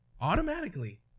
Automatically